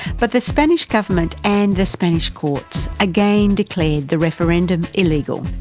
but the spanish government and the spanish courts again declared the referendum illegal.